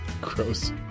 gross